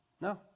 No